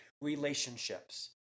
relationships